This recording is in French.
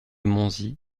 monzie